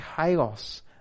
chaos